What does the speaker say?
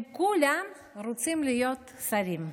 הם כולם רוצים להיות שרים.